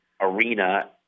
arena